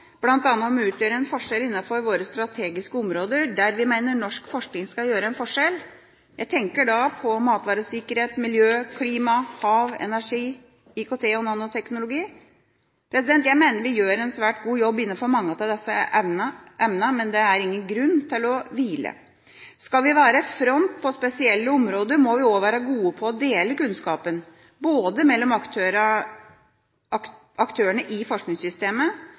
bl.a. om å utgjøre en forskjell innenfor våre strategiske områder der vi mener norsk forskning skal utgjøre en forskjell? Jeg tenker da på matsikkerhet, miljø, klima, hav, energi, IKT og nanoteknologi. Jeg mener vi gjør en svært god jobb innenfor mange av disse emnene, men det er ingen grunn til å hvile. Skal vi være i front på spesielle områder, må vi også være gode på å dele kunnskapen, mellom aktørene i forskningssystemet,